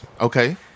Okay